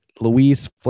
Louise